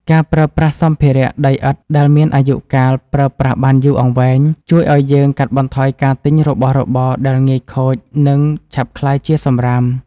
ការប្រើប្រាស់សម្ភារៈដីឥដ្ឋដែលមានអាយុកាលប្រើប្រាស់បានយូរអង្វែង ជួយឱ្យយើងកាត់បន្ថយការទិញរបស់របរដែលងាយខូច និង ឆាប់ក្លាយជាសម្រាម។